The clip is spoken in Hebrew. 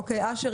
אשר,